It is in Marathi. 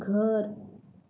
घर